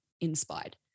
inspired